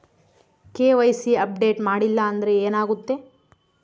KYC update ಮಾಡಿಲ್ಲ ಅಂದ್ರೆ ಏನಾಗುತ್ತೆ?